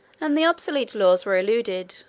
and the obselete laws were eluded,